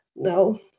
No